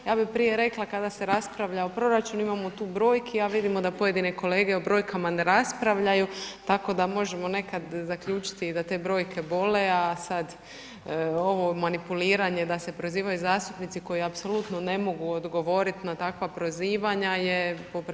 Ja bih prije rekla kada se raspravlja o proračunu imamo tu brojki, a vidimo da pojedine kolege o brojkama ne raspravljaju tako da možemo nekada zaključiti i da te brojke bole, a sada ovo manipuliranje da se prozivaju zastupnici koji apsolutno ne mogu odgovoriti na takva prozivanja je poprilično nepristojno.